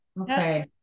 Okay